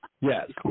Yes